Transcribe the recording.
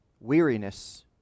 weariness